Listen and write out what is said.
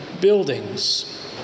buildings